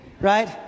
right